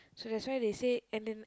so that's way they say and then